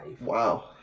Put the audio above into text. Wow